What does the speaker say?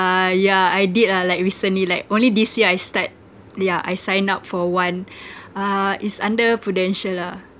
uh yeah I did ah like recently like only this year I start ya I sign up for one uh is under prudential lah